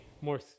more